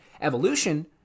Evolution